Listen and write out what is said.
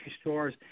stores